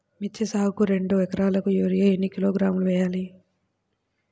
మిర్చి సాగుకు రెండు ఏకరాలకు యూరియా ఏన్ని కిలోగ్రాములు వేయాలి?